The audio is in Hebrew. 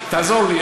תעזור לי.